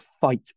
fight